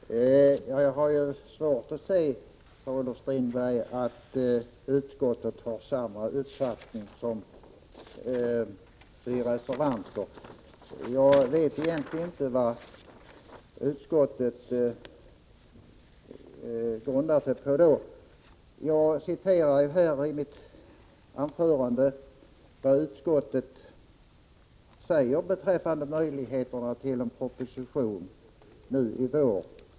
Herr talman! Jag har svårt att se, Per-Olof Strindberg, att utskottsmajoriteten har samma uppfattning som vi reservanter. Jag vet egentligen inte vad man grundar sig på, om man hävdar detta. I mitt anförande citerade jag vad utskottet säger beträffande möjligheterna till en proposition nu i vår.